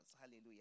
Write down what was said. Hallelujah